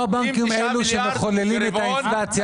לא הבנקים אלו שמחוללים את האינפלציה.